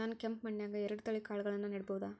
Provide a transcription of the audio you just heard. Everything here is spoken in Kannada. ನಾನ್ ಕೆಂಪ್ ಮಣ್ಣನ್ಯಾಗ್ ಎರಡ್ ತಳಿ ಕಾಳ್ಗಳನ್ನು ನೆಡಬೋದ?